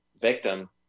victim